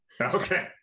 Okay